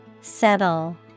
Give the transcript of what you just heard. Settle